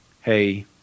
hey